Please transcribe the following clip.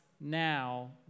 now